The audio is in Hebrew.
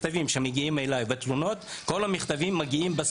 מגיעים בעברית,